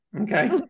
Okay